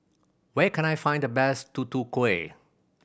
where can I find the best Tutu Kueh